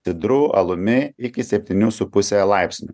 sidru alumi iki septynių su puse laipsnio